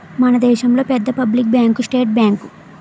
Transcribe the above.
మన దేశంలో పెద్ద పబ్లిక్ బ్యాంకు స్టేట్ బ్యాంకు